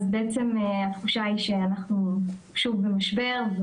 אז בעצם התחושה היא שאנחנו שוב במשבר,